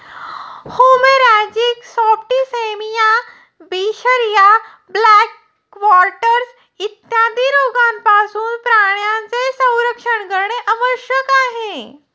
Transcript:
haemorrhagic septicaemia, बिशरिया, black quarters इत्यादी रोगांपासून प्राण्यांचे संरक्षण करणे आवश्यक आहे